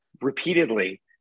repeatedly